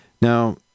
now